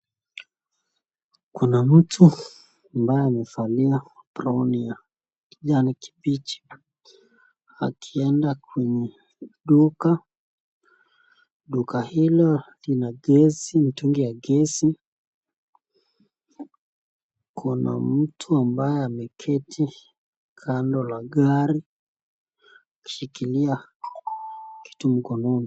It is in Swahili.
Kuna mtu ambaye amevalia aproni ya kijani kibichi akienda kwenye duka, duka hilo lina mtungi wa gesi, kuna mtu ambaye ameketi kando la gari akishikilia kitu mkononi.